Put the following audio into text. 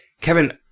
Kevin